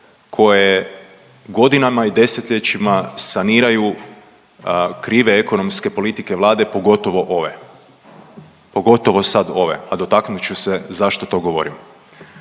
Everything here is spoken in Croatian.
koje godinama i desetljećima saniraju krive ekonomske politike Vlade, pogotovo ove. Pogotovo sad ove, a dotaknut ću se zašto to govorim.